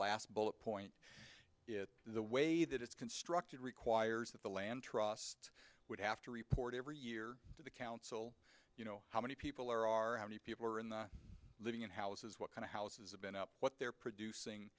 last bullet point is the way that it's constructed requires that the land trust would have to report every year to the council you know how many people are are many people are in the living in houses what kind of houses have been up what they're producing